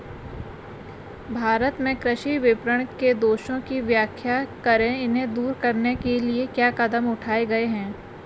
भारत में कृषि विपणन के दोषों की व्याख्या करें इन्हें दूर करने के लिए क्या कदम उठाए गए हैं?